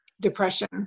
depression